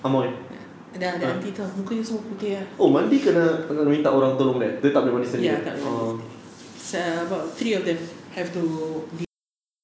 the the aunty itu ah muka dia semua putih ah ya tak boleh mandi sendiri it's about three of them have to dimandikan lah